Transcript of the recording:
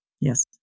Yes